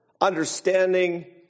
understanding